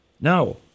No